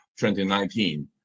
2019